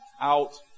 out